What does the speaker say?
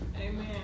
Amen